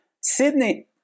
Sydney